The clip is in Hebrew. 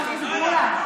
גנבו שלטון?